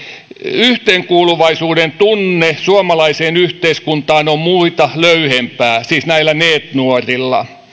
yhteenkuuluvaisuudentunne suomalaiseen yhteiskuntaan on muita löyhempää siis näillä neet nuorilla